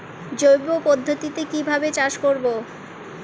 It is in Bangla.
জৈব পদ্ধতিতে কিভাবে চাষ করব?